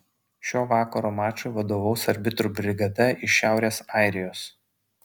šio vakaro mačui vadovaus arbitrų brigada iš šiaurės airijos